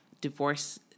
divorce